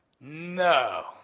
No